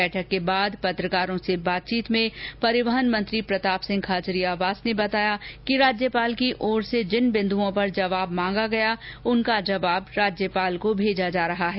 बैठक के बाद पत्रकारों से बातचीत में परिवहन मंत्री प्रताप सिंह खाचरियावास ने बताया कि राज्यपाल की ओर से जिन बिंदुओं पर जवाब मांगा गया उनका जवाब राज्यपाल को भेजा जा रहा है